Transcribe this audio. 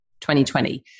2020